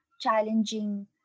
challenging